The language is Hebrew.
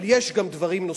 אבל יש גם דברים נוספים.